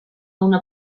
una